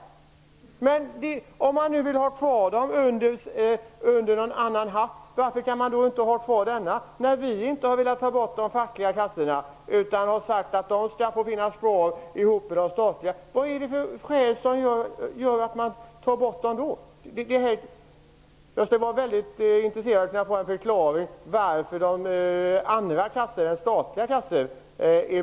Om man vill ha kvar dem under en annan hatt, varför kan man inte ha kvar dessa, när vi inte har velat ta bort de fackliga kassorna? Vi har sagt att de skall finnas kvar tillsammans med de statliga. Vad är det för skäl att ta bort dem? Jag skulle vara väldigt intresserad av att få en förklaring varför de andra kassorna än statliga är bra.